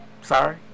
Sorry